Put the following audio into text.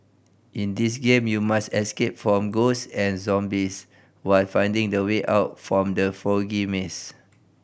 in this game you must escape from ghosts and zombies while finding the way out from the foggy maze